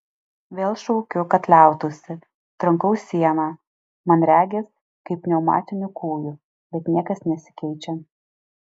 vėl šaukiu kad liautųsi trankau sieną man regis kaip pneumatiniu kūju bet niekas nesikeičia